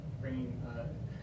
bringing